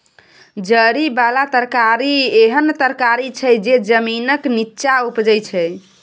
जरि बला तरकारी एहन तरकारी छै जे जमीनक नींच्चाँ उपजै छै